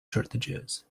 shortages